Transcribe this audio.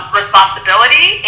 responsibility